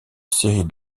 série